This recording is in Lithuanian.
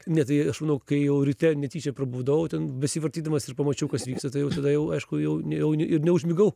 ne tai aš manau kai jau ryte netyčia prabudau ten besivartydamas ir pamačiau kas vyksta tai jau tada jau aišku jau ne jau ne ir neužmigau